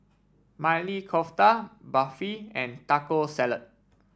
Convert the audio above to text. Maili Kofta Barfi and Taco Salad